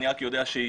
אני רק יודע שהיא